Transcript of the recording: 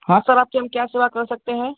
हाँ सर आपकी हम क्या सेवा कर सकते हैं